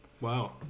Wow